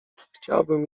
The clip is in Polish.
chciałbym